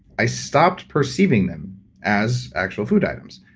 i stopped perceiving them as actual food items.